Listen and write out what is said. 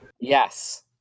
Yes